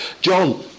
John